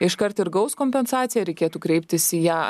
iškart ir gaus kompensaciją reikėtų kreiptis į ją